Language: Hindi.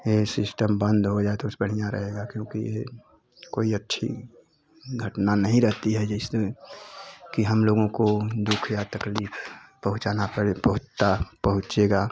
यह सिस्टम बंद हो जाए तो कुछ बढ़िया रहेगा क्योंकि यह कोई अच्छी घटना नहीं रहती है जिससे कि हम लोगों को दुख या तकलीफ पहुँचाना पड़े पहुता पहुँचेगा